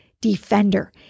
defender